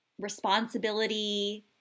responsibility